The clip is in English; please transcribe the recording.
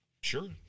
Sure